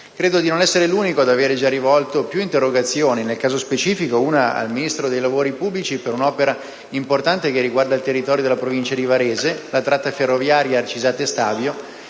Credo di non essere l'unico ad avere già rivolto più interrogazioni e, nel caso specifico, una al Ministro dei lavori pubblici per un'opera importante che riguarda il territorio della provincia di Varese, la tratta ferroviaria Arcisate-Stabio.